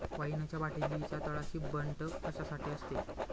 वाईनच्या बाटलीच्या तळाशी बंट कशासाठी असते?